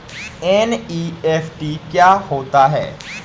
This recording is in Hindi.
एन.ई.एफ.टी क्या होता है?